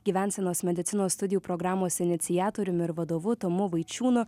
gyvensenos medicinos studijų programos iniciatoriumi ir vadovu tomu vaičiūnu